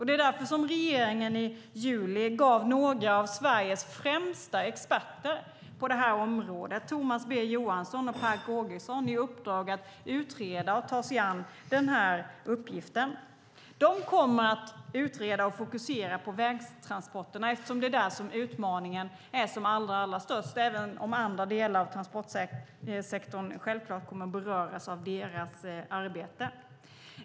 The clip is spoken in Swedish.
Det är därför som regeringen i juli gav några av Sveriges främsta experter på det här området, Thomas B Johansson och Per Kågeson, i uppdrag att utreda och ta sig an den här uppgiften. De kommer att utreda och fokusera på vägtransporterna eftersom det är där utmaningen är som allra störst även om andra delar av transportsektorn självfallet kommer att beröras av deras arbete.